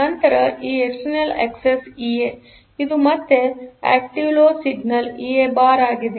ನಂತರ ಈ external access EA ಇದು ಮತ್ತೆ active low signal EA bar ಆಗಿದೆ